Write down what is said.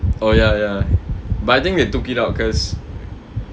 oh ya ya but I think they took it out cause